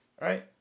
right